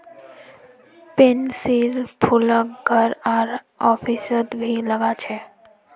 पैन्सीर फूलक घर आर ऑफिसत भी लगा छे